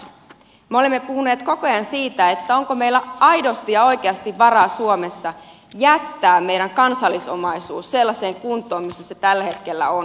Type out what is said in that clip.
me olemme puhuneet koko ajan siitä onko meillä aidosti ja oikeasti varaa suomessa jättää meidän kansallisomaisuus sellaiseen kuntoon missä se tällä hetkellä on